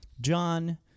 John